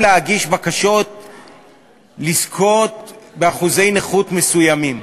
להגיש בקשות לזכות באחוזי נכות מסוימים,